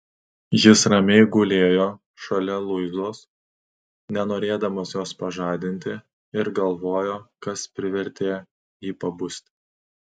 jis ramiai gulėjo šalia luizos nenorėdamas jos pažadinti ir galvojo kas privertė jį pabusti